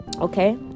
Okay